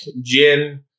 gin